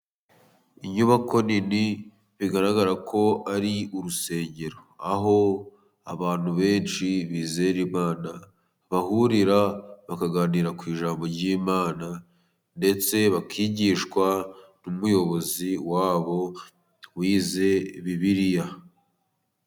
Inyubako nini bigaragara ko ari urusengero . Aho abantu benshi bizera Imana bahurira bakaganira ku ijambo ry'Imana ndetse bakigishwa n'umuyobozi wabo wize Bibiliya.